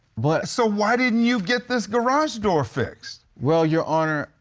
but. so, why didn't you get this garage door fixed? well, your honor,